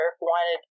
wanted